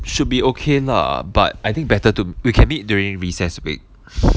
should be okay lah but I think better to we can meet during recess week